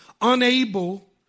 unable